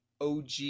OG